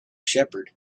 shepherd